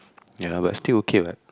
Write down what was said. ya but still okay what